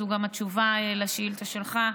זו גם התשובה לשאילתה שלך,